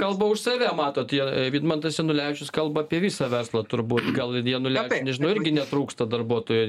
kalba už save mato tie vidmantas janulevičius kalba apie visą verslą turbūt gal janulevičiui nežinau irgi netrūksta darbuotojų